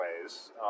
ways